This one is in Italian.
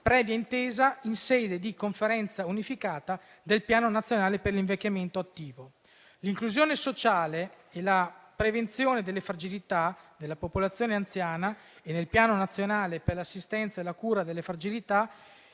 previa intesa in sede di Conferenza unificata, del Piano nazionale per l'invecchiamento attivo, l'inclusione sociale e la prevenzione delle fragilità nella popolazione anziana e del Piano nazionale per l'assistenza e la cura delle fragilità